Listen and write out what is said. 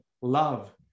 love